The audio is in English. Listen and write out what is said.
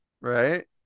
right